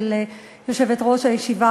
של יושבת-ראש הישיבה,